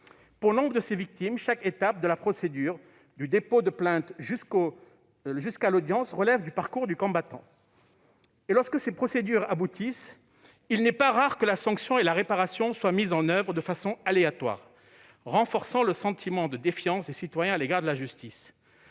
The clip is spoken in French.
Pour nombre de ces victimes, chaque étape de la procédure, du dépôt de plainte jusqu'à la tenue du procès, relève du parcours du combattant et, lorsque ces procédures aboutissent, il n'est pas rare que la sanction et la réparation soient mises en oeuvre de façon aléatoire, renforçant un sentiment de défiance à l'égard de la justice.